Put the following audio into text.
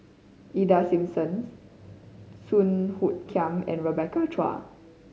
Ida Simmons Song Hoot Kiam and Rebecca Chua